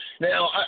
Now